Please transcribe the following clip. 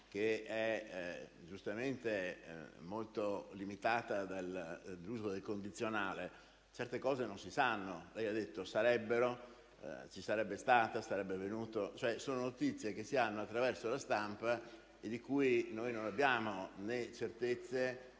che è giustamente molto limitata dall'uso del condizionale, certe cose non si sanno. Lei ha usato i tempi verbali: sarebbero, ci sarebbe stata, sarebbe avvenuto. Sono, cioè, notizie che si hanno attraverso la stampa, di cui noi non abbiamo né certezze